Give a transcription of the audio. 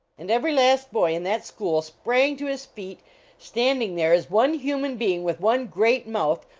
and every last boy in that school sprang to his feet standing there as one human be ing with one great mouth,